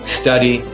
study